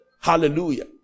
Hallelujah